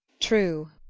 true,